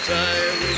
time